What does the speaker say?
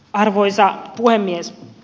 arvoisa puhemies